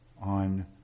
on